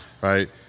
Right